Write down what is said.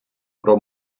про